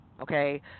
okay